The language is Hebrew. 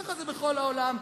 כך זה בכל העולם,